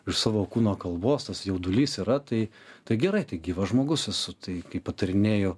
iš savo kūno kalbos tas jaudulys yra tai tai gerai tai gyvas žmogus su tai kaip patarinėju